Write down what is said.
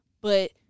But-